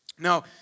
Now